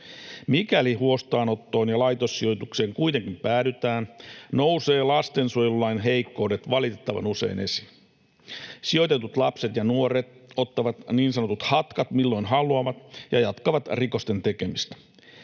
Mikäli huostaanottoon ja laitossijoitukseen kuitenkin päädytään, nousevat lastensuojelulain heikkoudet valitettavan usein esiin. Sijoitetut lapset ja nuoret ottavat niin sanotut hatkat milloin haluavat ja jatkavat rikosten tekemistä.